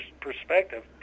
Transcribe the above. perspective